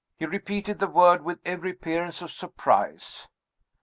he repeated the word with every appearance of surprise.